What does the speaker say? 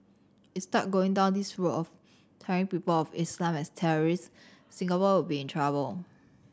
start going down this route of tarring people of Islam as terrorist Singapore will be in trouble